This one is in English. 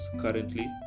currently